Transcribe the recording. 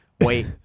wait